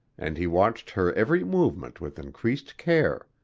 and he watched her every movement with increased care.